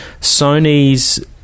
Sony's